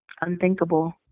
unthinkable